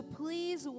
please